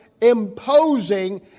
imposing